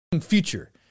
future